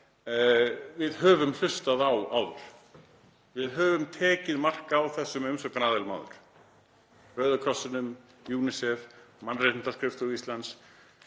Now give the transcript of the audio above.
við höfum hlustað á áður. Við höfum tekið mark á þessum umsagnaraðilum áður; Rauða krossinum, UNICEF, Mannréttindaskrifstofu Íslands,